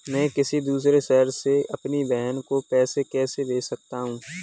मैं किसी दूसरे शहर से अपनी बहन को पैसे कैसे भेज सकता हूँ?